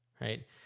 right